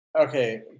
Okay